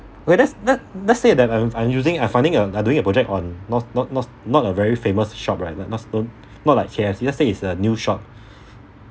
where that's let let's say that I've I've using I finding uh doing a project on not not not not a very famous shop right that not don't not like K_F_C let's say it's a new shop